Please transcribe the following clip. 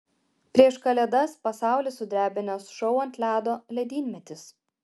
prieš kalėdas pasaulį sudrebinęs šou ant ledo ledynmetis